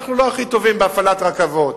אנחנו לא הכי טובים בהפעלת רכבות.